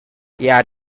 yet